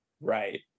right